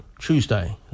tuesday